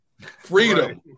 freedom